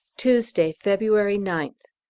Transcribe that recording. tuesday, february ninth.